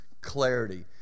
clarity